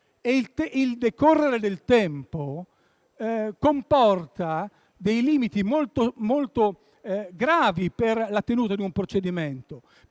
Il decorrere del tempo comporta limiti molto gravi per la tenuta di un procedimento.